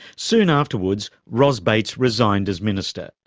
soon afterwards, ros bates resigned as minister.